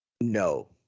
no